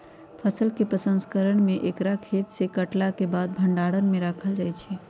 फसल के प्रसंस्करण में एकरा खेतसे काटलाके बाद भण्डार में राखल जाइ छइ